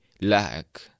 lack